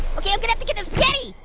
okay, i'm gonna have to get the spaghetti.